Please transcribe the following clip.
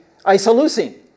isoleucine